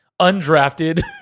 undrafted